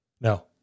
No